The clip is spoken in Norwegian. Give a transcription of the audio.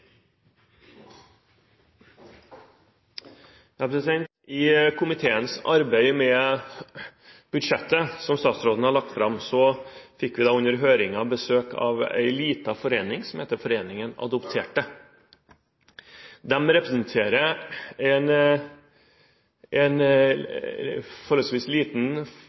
I komiteens arbeid med budsjettet som statsråden har lagt fram, fikk vi under høringen besøk av en liten forening som heter Adopterte. De representerer en forholdsvis liten